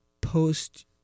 post